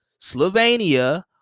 Slovenia